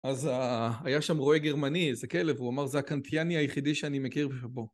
אז היה שם רואה גרמני, איזה כלב, הוא אמר זה הקנטיאני היחידי שאני מכיר פה.